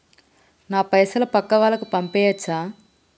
నా పైసలు పక్కా వాళ్ళకు పంపియాచ్చా?